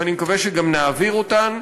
ואני מקווה שגם נעביר אותן.